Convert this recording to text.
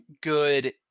good